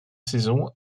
saisons